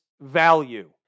value